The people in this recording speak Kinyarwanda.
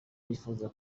yifuza